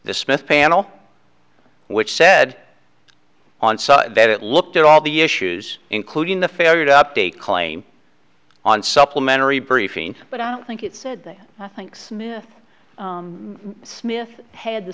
the smith panel which said on that it looked at all the issues including the failure to update claim on supplementary briefing but i don't think it said that i thinks smith had the